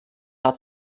hat